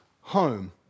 Home